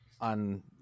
on